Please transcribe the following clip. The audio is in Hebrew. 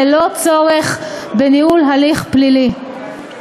ללא צורך בניהול הליך פלילי.